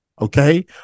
Okay